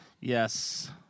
Yes